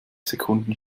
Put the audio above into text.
sekunden